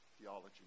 theology